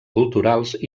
culturals